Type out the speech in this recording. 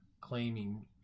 claiming